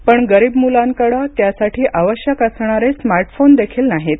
पण गरीब मुलांकडे त्यासाठी आवश्यक असणारे स्मार्ट फोन देखील नाहीत